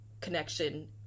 connection